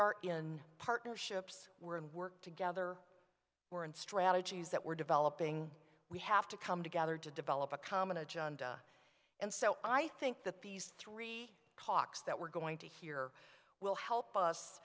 are in partnerships we're in work together we're in strategies that we're developing we have to come together to develop a common agenda and so i think that these three talks that we're going to hear will help us